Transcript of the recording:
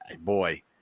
boy